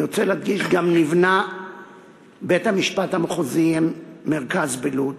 אני רוצה להדגיש שגם נבנה בניין בית-המשפט המחוזי מרכז בלוד,